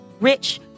rich